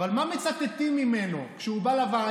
אבל מה מצטטים ממנו כשהוא בא לוועדה?